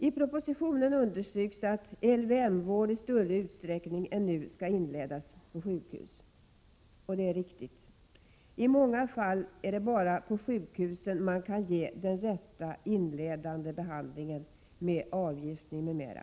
I propositionen understryks att LVM-vård i större utsträckning än nu skall inledas på sjukhus. Det är riktigt, om det bara är möjligt att kombinera sätter.